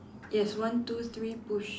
yes one two three push